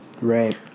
Right